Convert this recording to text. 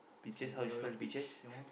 peaches how you spell peaches